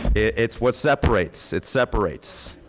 it's what separates, it separates.